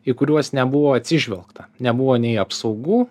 į kuriuos nebuvo atsižvelgta nebuvo nei apsaugų